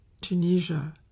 Tunisia